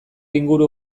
inguru